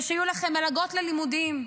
ושיהיו לכם מלגות ללימודים,